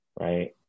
Right